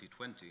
2020